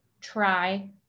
try